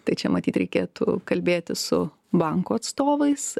tai čia matyt reikėtų kalbėti su banko atstovais